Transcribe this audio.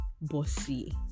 bossy